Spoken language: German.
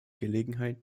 gelegenheit